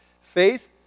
Faith